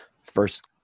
first